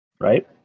Right